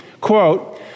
Quote